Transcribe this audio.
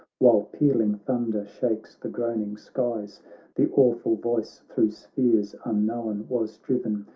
while pealing thunder shakes the groan ing skies the awful voice thro' spheres unknown was driven.